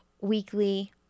weekly